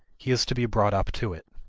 he is to be brought up to it.